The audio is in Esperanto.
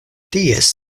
ties